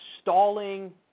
stalling